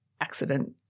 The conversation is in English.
accident